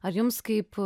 ar jums kaip